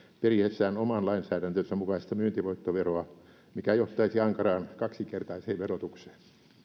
periessään oman lainsäädäntönsä mukaista myyntivoittoveroa mikä johtaisi ankaraan kaksinkertaiseen verotukseen